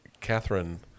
Catherine